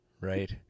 Right